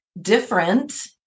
different